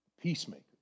peacemaker